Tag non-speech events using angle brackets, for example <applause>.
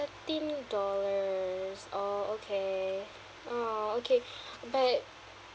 thirteen dollars oh okay orh okay <breath> but